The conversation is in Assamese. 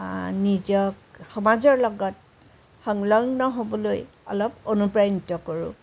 নিজক সমাজৰ লগত সংলগ্ন হ'বলৈ অলপ অনুপ্ৰাণিত কৰোঁ